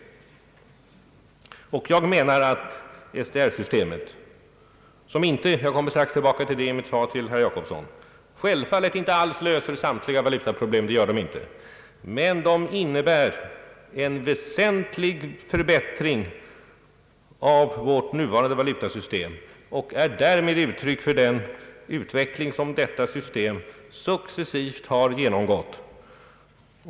Just detta system som naturligtvis inte alls — jag kommer strax tillbaka till det i mitt svar till herr Jacobsson — löser alla valutaproblem innebär en väsentlig förbättring av vårt nuvarande valutasystem, Det är uttryck för den utveck ling som valutasystemet successivt genomgått.